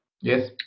Yes